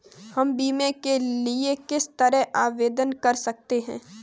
हम बीमे के लिए किस तरह आवेदन कर सकते हैं?